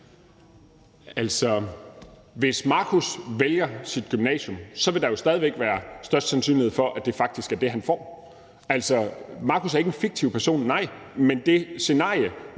hvis Marcus vælger sit gymnasium, vil der jo stadig væk være størst sandsynlighed for, at det faktisk er det, han får. Marcus er ikke en fiktiv person, nej, men det scenarie,